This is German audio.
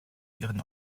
ihren